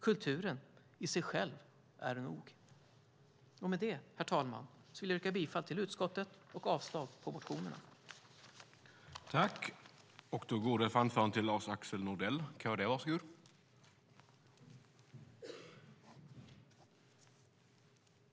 Kulturen i sig själv är nog. Med det, herr talman, vill jag yrka bifall till förslaget i utskottets betänkande och avslag på motionerna. I detta anförande instämde Anne Marie Brodén , Ulf Nilsson och Lars-Axel Nordell .